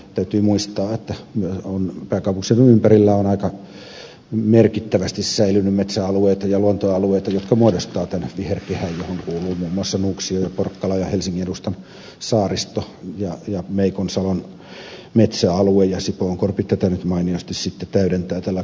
täytyy muistaa että pääkaupunkiseudun ympärillä on aika merkittävästi säilynyt metsäalueita ja luontoalueita jotka muodostavat tämän viherkehän johon kuuluvat muun muassa nuuksio ja porkkala ja helsingin edustan saaristo ja meikonsalon metsäalue ja sipoonkorpi tätä nyt mainiosti täydentää tällä kansallispuistostatuksella